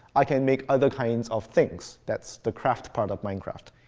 i can make other kinds of things. that's the craft part of minecraft.